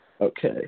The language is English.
Okay